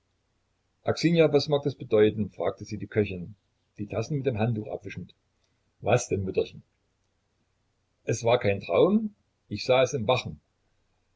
aksinja was mag das bedeuten fragte sie die köchin die tassen mit dem handtuch abwischend was denn mütterchen es war kein traum ich sah es im wachen